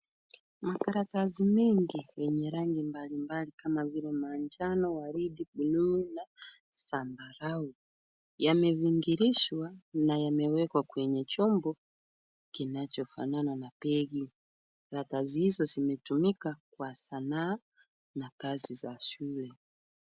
Makaratasi mengi, yenye rangi mbalimbali kama vile; manjano, waridi, blue na zambarau, yamevingirishwa na yamewekwa kwenye chombo kinachofanana na begi . Karatasi hizo zimetumika kwa sanaa na kazi za shule.